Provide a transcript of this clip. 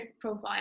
profile